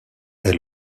est